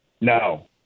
no